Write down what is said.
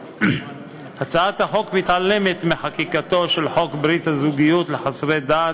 הצעת החוק מתעלמת מחקיקתו של חוק ברית הזוגיות לחסרי דת,